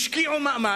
השקיעו מאמץ,